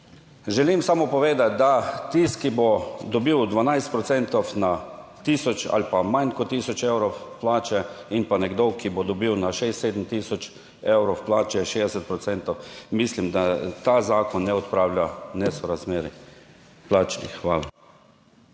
želim samo povedati, da tisti, ki bo dobil 12 procentov na tisoč ali pa manj kot tisoč evrov plače in pa nekdo, ki bo dobil na 6, 7 tisoč evrov plače, 60 procentov, mislim da ta zakon ne odpravlja nesorazmerij plačnih. Hvala.